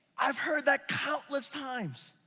i've heard that countless times.